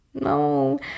No